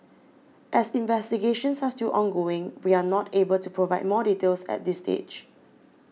as investigations are still ongoing we are not able to provide more details at this stage